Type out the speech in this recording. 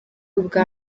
ubwa